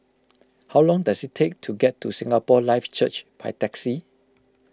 how long does it take to get to Singapore Life Church by taxi